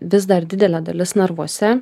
vis dar didelė dalis narvuose